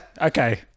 Okay